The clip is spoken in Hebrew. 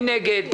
מי נגד?